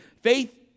Faith